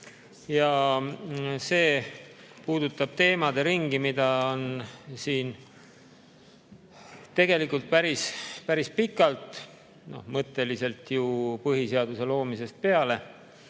See puudutab teemade ringi, mida on siin päris-päris pikalt, mõtteliselt ju põhiseaduse loomisest peale,